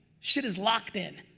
shit is locked in.